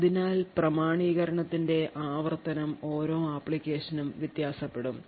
അതിനാൽ പ്രാമാണീകരണത്തിന്റെ ആവർത്തനം ഓരോ അപ്ലിക്കേഷൻ നും വ്യത്യാസപ്പെടും